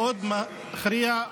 מאוד מכריע,